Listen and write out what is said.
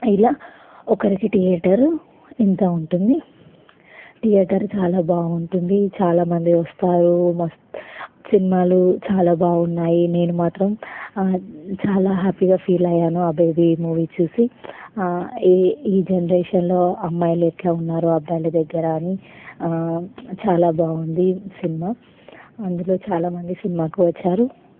ఇలా ఒకరికి థియేటర్ ఇంత ఉంటుంది థియేటర్ చాలా బాగుంటుంది చాలా మంది వస్తారు మస్తు సినిమాలు చాలా బాగున్నాయి నేను మాత్రం చాలా హ్యాపీగా ఫీలయ్యాను ఆ బేబీ మూవీ చూసి ఈ ఈ జనరేషన్లో అమ్మాయిలు ఎలా ఉన్నారు అబ్బాయిల దగ్గర అని చాలా బాగుంది సినిమా అందులో చాలా మంది సినిమాకు వచ్చారు